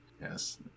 Yes